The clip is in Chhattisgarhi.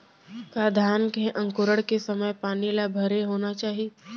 का धान के अंकुरण के समय पानी ल भरे होना चाही?